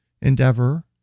endeavor